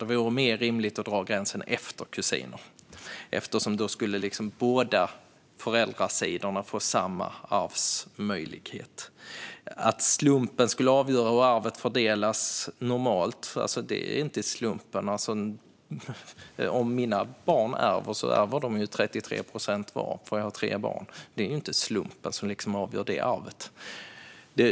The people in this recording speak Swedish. Det vore mer rimligt att dra gränsen efter kusiner. Då skulle båda föräldrasidorna få samma arvsmöjlighet. Det är inte slumpen som avgör hur arvet normalt fördelas. Om mina barn ärver får de ju 33 procent var, eftersom jag har tre barn. Det är inte slumpen som avgör det arvet.